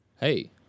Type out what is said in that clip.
Hey